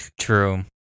True